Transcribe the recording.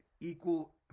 equal